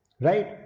right